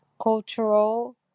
cultural